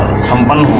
someone